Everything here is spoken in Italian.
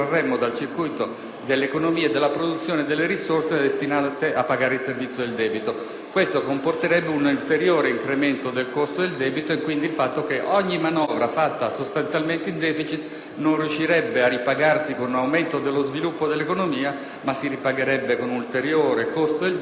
dell'economia e della produzione, delle risorse destinate a pagare il servizio del debito. Di conseguenza ci sarebbe un ulteriore incremento del costo del debito. Ogni manovra fatta sostanzialmente in deficit non riuscirebbe a ripagarsi con un aumento dello sviluppo dell'economia, ma si ripagherebbe con un ulteriore costo del debito, con il rischio di